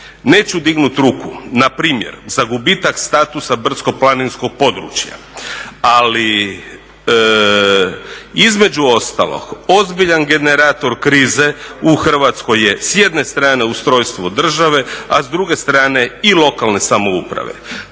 neću dignut ruku npr. za gubitak statusa brdsko-planinskog područja, ali između ostalog ozbiljan generator krize u Hrvatskoj je s jedne strane ustrojstvo države a s druge strane i lokalne samouprave.